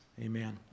Amen